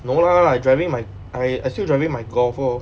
no lah I driving my I I still driving my golf lor